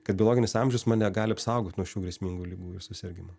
kad biologinis amžius mane gali apsaugoti nuo šių grėsmingų ligų ir susirgimų